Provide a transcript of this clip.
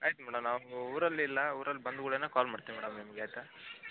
ಆಯಿತ madam ನಾವು ಊರಲಿಲ್ಲ ಊರಲ್ಲಿ ಬಂದ ಕೂಡ್ಲೆ ಕಾಲ್ ಮಾಡ್ತೀವಿ ಮೇಡಮ್ ನಿಮಗೆ ಆಯಿತಾ